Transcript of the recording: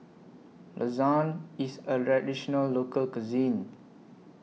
Lasagne IS A Local Cuisine